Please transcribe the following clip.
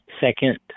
Second